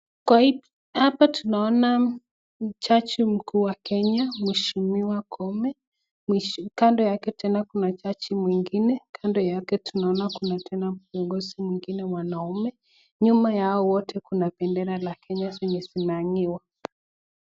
Haoa kando tunaona jaji mkuu wa Kenya mheshimkwa Koome, kando yake pia kuna majaji wenginezkando yake tunaona kuna viongozi wengine wanaume, nyuma yao wlte kuna bendera la Kenya zenye zimehangiwa .